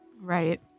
Right